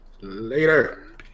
Later